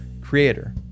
creator